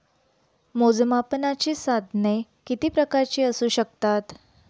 मोजमापनाची साधने किती प्रकारची असू शकतात?